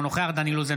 אינו נוכח דן אילוז,